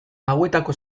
hauetako